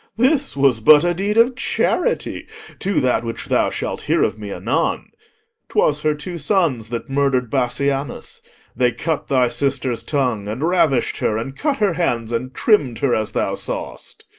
this was but a deed of charity to that which thou shalt hear of me anon. twas her two sons that murdered bassianus they cut thy sister's tongue, and ravish'd her, and cut her hands, and trimm'd her as thou sawest.